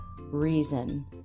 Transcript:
reason